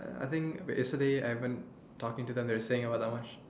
I think yesterday I have been talking to them they were saying that much